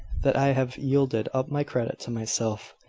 that i have yielded up my credit to myself,